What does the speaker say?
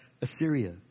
Assyria